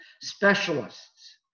specialists